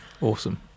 Awesome